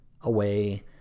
away